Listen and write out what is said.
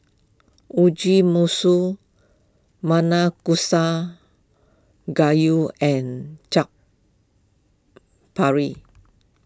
Mugi Meshi Nanakusa Gayu and Chaat